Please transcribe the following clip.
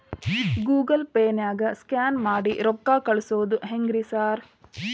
Google ಪೇನಾಗ scan ಮಾಡಿ ರೊಕ್ಕಾ ಕಳ್ಸೊದು ಹೆಂಗ್ರಿ ಸಾರ್?